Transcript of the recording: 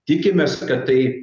tikimės kad tai